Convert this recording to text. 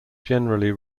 generally